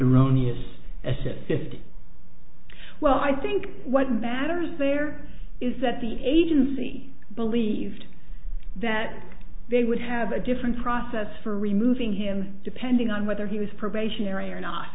erroneous as if fifty well i think what matters there is that the agency believed that they would have a different process for removing him depending on whether he was probationary or not